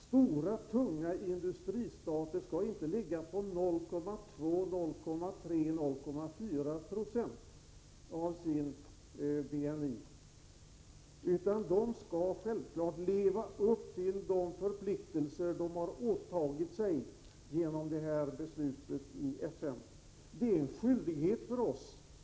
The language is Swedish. Stora och tunga industristater skall inte bidra med bara 0,2, 0,3 eller 0,4 90 av sin BNI, utan skall uppfylla de förpliktelser som de har åtagit sig genom det här beslutet i FN. Det är en skyldighet också för oss.